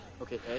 Okay